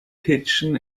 kitchen